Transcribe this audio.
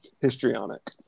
histrionic